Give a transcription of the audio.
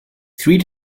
three